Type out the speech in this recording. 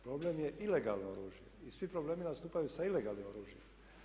Problem je ilegalno oružje i svi problemi nastupaju sa ilegalnim oružjem.